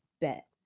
Bet